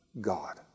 God